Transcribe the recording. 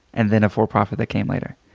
and then a for profit that came later.